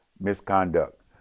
misconduct